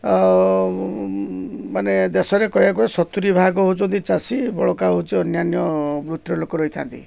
ଆଉ ମାନେ ଦେଶରେ କହିବାକୁ ଗଲେ ସତୁୁରି ଭାଗ ହେଉଛନ୍ତି ଚାଷୀ ବଳକା ହେଉଛି ଅନ୍ୟାନ୍ୟ ବୃତ୍ତିର ଲୋକ ରହିଥାନ୍ତି